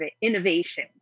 innovation